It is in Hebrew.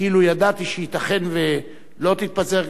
כאילו ידעתי שייתכן שלא תתפזר הכנסת.